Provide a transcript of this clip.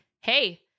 Hey